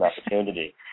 opportunity